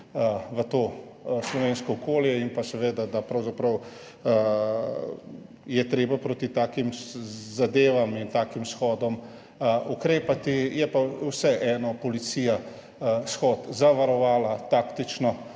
v slovensko okolje in da je seveda pravzaprav treba proti takim zadevam in takim shodom ukrepati. Je pa vseeno policija shod zavarovala, seveda taktično,